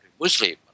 Muslim